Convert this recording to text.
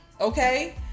Okay